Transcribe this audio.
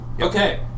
Okay